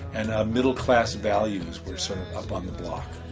and middle class values were sort of up on the block.